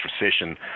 recession